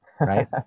right